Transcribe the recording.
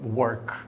work